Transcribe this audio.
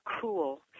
cool